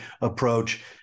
approach